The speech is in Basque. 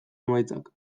emaitzak